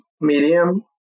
medium